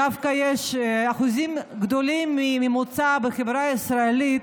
ודווקא אחוזים גדולים בממוצע, בחברה הישראלית,